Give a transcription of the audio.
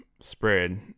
spread